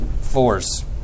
Force